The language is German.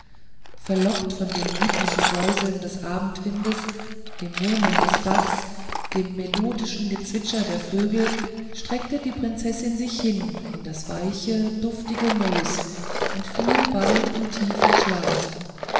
verlockt von dem lieblichen säuseln des abendwindes dem murmeln des bachs dem melodischen gezwitscher der vögel streckte die prinzessin sich hin in das weiche duftige moos und fiel bald in tiefen schlaf